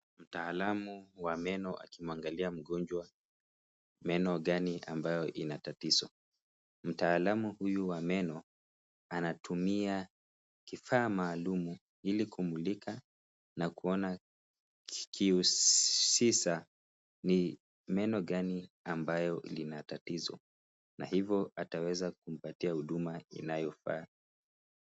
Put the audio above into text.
Mtaalamu wa meno akimuangalia mgonjwa, meno gani ambayo inatatizo. Mtaalamu huyu wa meno, anatumia kifaa maalumu ili kumulika na kuona kihusisa meno gani ambayo inatatizo na kwa hivyo ataweza kumpatia huduma inayofaa.